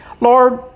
Lord